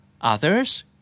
Others